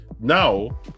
now